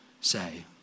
say